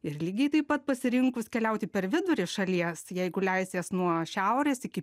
ir lygiai taip pat pasirinkus keliauti per vidurį šalies jeigu leisies nuo šiaurės iki